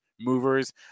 movers